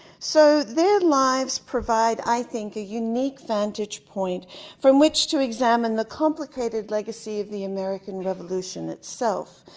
so their lives provide, i think, a unique vantage point from which to examine the complicated legacy of the american revolution itself.